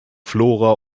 flora